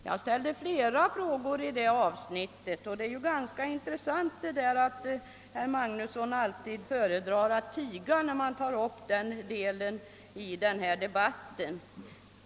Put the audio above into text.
Jag ställde flera frågor i det sammanhanget, och det är ganska intressant att herr Magnusson i Borås alltid föredrar att tiga när man tar upp det avsnittet i debatten.